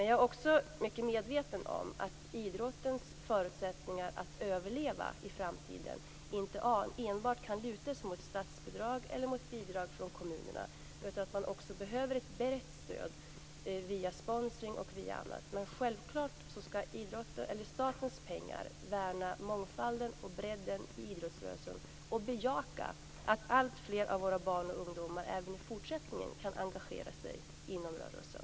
Jag är också väl medveten om att det beträffande idrottens förutsättningar att överleva i framtiden inte går att enbart luta sig mot statsbidrag eller bidrag från kommunerna. Det behövs också ett brett stöd via exempelvis sponsring. Men självklart gäller det, som sagt, att genom statens pengar värna mångfalden och bredden inom idrottsrörelsen och att bejaka att alltfler av våra barn och ungdomar även i fortsättningen kan engagera sig inom rörelsen.